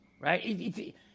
right